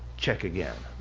check again.